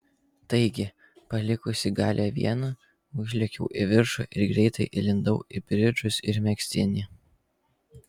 taigi palikusi galią vieną užlėkiau į viršų ir greitai įlindau į bridžus ir megztinį